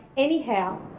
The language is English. anyhow,